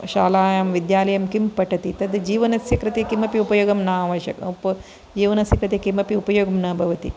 शालायां विद्यालयं किं पठति तद् जीवनस्य कृते किमपि उपयोगं न आवश्यकं जीवनस्य कृते किमपि उपयोगं न भवति